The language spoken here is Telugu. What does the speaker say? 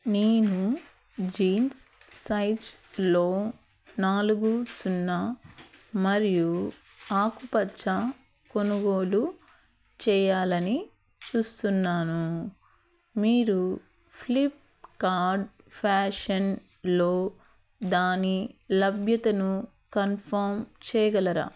నేను జీన్స్ సైజ్లో నాలుగు సున్నా మరియు ఆకుపచ్చ కొనుగోలు చేయాలని చూస్తున్నాను మీరు ఫ్లిప్కార్డ్ ఫ్యాషన్లో దాని లభ్యతను కన్ఫర్మ్ చేయగలరా